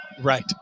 right